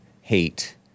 hate